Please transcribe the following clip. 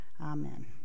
Amen